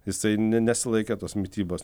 jisai ne nesilaikė tos mitybos